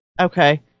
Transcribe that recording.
Okay